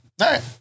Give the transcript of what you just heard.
right